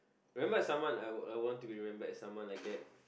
remember as someone I would want I want to be remembered as someone like that